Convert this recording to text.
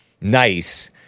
Nice